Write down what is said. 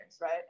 right